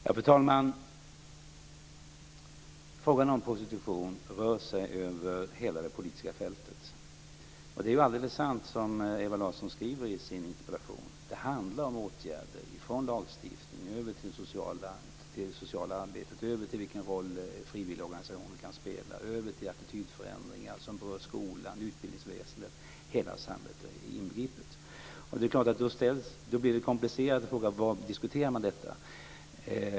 Fru talman! Frågan om prostitution rör sig över hela det politiska fältet. Det är alldeles sant som Ewa Larsson skriver i sin interpellation - det handlar om åtgärder från lagstiftning över till det sociala arbetet och till vilken roll frivilligorganisationer kan spela och över till attitydförändringar som berör skolan och utbildningsväsendet, hela samhället inbegripet. Då blir självfallet frågan om var man diskuterar detta komplicerad.